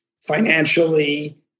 financially